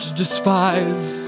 despise